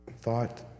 thought